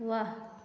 वाह